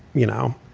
you know,